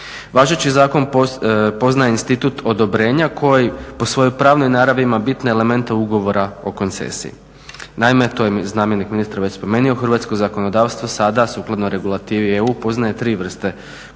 Važeći zakon poznaje institut odobrenja koji po svojoj pravnoj naravi ima bitne elemente ugovora o koncesiji, naime to je zamjenik ministra već spomenuo, hrvatsko zakonodavstvo sada sukladno regulativi EU poznaje tri vrste koncesija: